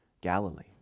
Galilee